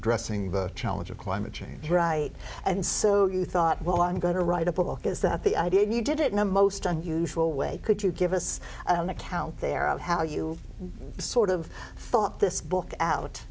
dressing the challenge of climate change right and so you thought well i'm going to write a book is that the i did you did it in a most unusual way could you give us an account there of how you sort of thought this book out